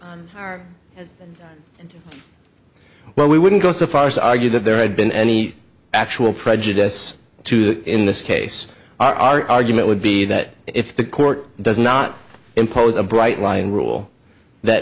are well we wouldn't go so far as argued that there had been any actual prejudice to that in this case our argument would be that if the court does not impose a bright line rule that